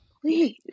please